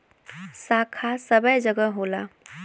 शाखा सबै जगह होला